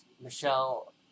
Michelle